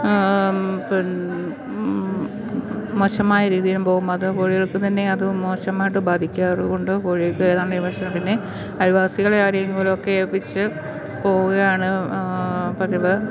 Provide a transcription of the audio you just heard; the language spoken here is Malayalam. പിൻ മോശമായ രീതിയിൽ പോകുമ്പോള് അത് കോഴികൾക്കുതന്നെ അത് മോശമായിട്ട് ബാധിക്കാറുകൊണ്ട് കോഴിക്ക് ഏതാണ്ട് പിന്നെ അയൽവാസികളെ ആരേങ്കിലൊക്കെ ഏപ്പിച്ചുപോവുകയാണ് പതിവ്